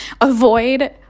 avoid